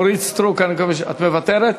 אורית סטרוק, את מוותרת?